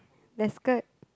the skirt